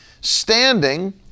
standing